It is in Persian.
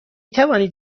توانید